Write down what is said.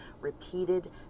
repeated